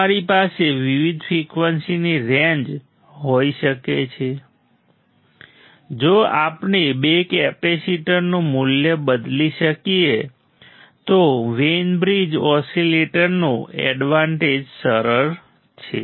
અમારી પાસે વિવિધ ફ્રિકવન્સીની રેન્જ હોઈ શકે છે જો આપણે બે કેપેસિટરનું મૂલ્ય બદલી શકીએ તો વેઈન બ્રિજ ઓસિલેટરનો એડવાન્ટેજ સરળ છે